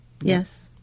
Yes